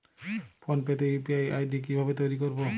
Phone pay তে UPI ID কি ভাবে তৈরি করবো?